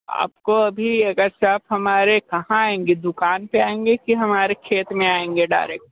आपको अभी अगर से आप हमारे कहाँ आएंगे दुकान पर आएंगे के हमारे खेत में आएंगे डायरेक्ट